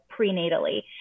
prenatally